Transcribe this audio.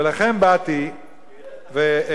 ולכן באתי והצעתי,